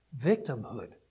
Victimhood